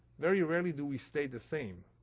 very rarely do we stay the same.